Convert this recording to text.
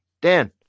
Dan